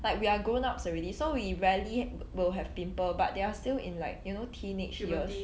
like we are grown ups already so we rarely will have pimple but they are still in like you know teenage years